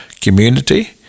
community